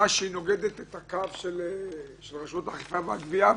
שנוגדת את הקו של רשויות האכיפה והגבייה.